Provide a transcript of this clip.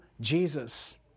Jesus